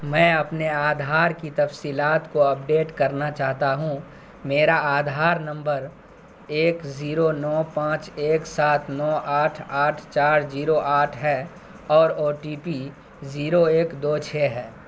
میں اپنے آدھار کی تفصیلات کو اپڈیٹ کرنا چاہتا ہوں میرا آدھار نمبر ایک زیرو نو پانچ ایک سات نو آٹھ آٹھ چار زیرو آٹھ ہے اور او ٹی پی زیرو ایک دو چھ ہے